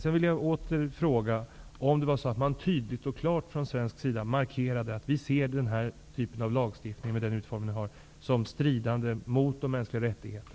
Jag vill åter fråga om man från svensk sida tydligt och klart markerade att vi ser den här typen av lagstiftning, med denna utformning, som stridande mot de mänskliga rättigheterna.